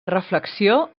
reflexió